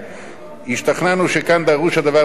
השתכנענו שכאן דרוש הדבר בנסיבות העניין,